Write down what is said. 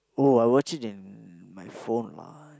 oh I watched it in my phone lah